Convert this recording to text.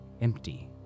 empty